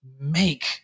make